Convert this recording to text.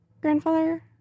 grandfather